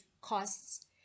costs